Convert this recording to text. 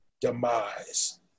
demise